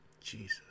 Jesus